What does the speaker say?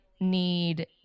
need